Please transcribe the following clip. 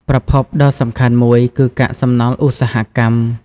ប្រភពដ៏សំខាន់មួយគឺ កាកសំណល់ឧស្សាហកម្ម។